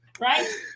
right